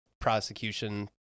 prosecution